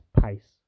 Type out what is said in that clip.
pace